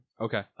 Okay